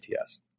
ATS